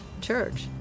church